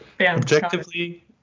objectively